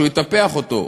שהוא יטפח אותו.